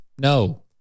No